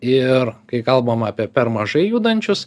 ir kai kalbama apie per mažai judančius